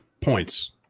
points